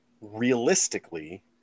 realistically